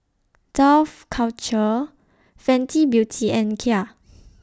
Dough Culture Fenty Beauty and Kia